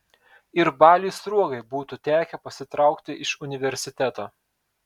ir baliui sruogai būtų tekę pasitraukti iš universiteto